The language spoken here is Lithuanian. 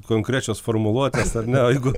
konkrečios formuluotės ar ne o jeigu